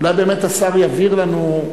אולי באמת השר יבהיר לנו.